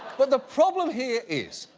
but the problem here is,